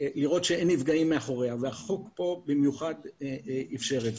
לראות שאין נפגעים מאחוריה, והחוק פה אפשר את זה.